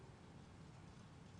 לאומית.